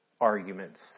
arguments